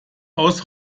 aus